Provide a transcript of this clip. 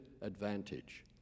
advantage